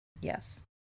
Yes